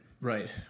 right